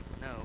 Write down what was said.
No